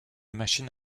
machine